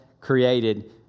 created